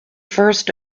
first